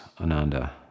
Ananda